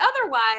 otherwise